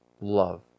love